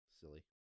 silly